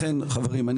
לכן חברים,